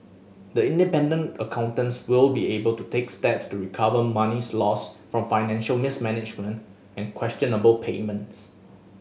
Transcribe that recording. the independent accountants will be able to take steps to recover monies lost from financial mismanagement and questionable payments